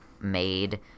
made